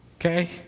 Okay